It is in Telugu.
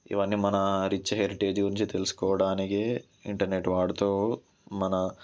ఇవన్నీ మన రిచ్ హెరిటేజ్ గురించి తెలుసుకోవడానికి ఇంటర్నెట్ వాడుతూ మన